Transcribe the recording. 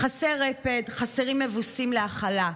"חסר רפת, חסרים אבוסים להאכלה.